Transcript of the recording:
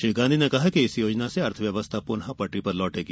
श्री गांधी ने कहा कि इस योजना से अर्थव्यवस्था पुनः पटरी पर लौटेगी